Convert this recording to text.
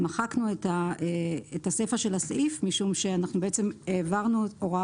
מחקנו את הסיפה של הסעיף משום שהעברנו הוראה